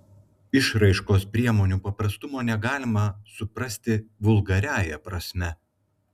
išraiškos priemonių paprastumo negalima suprasti vulgariąja prasme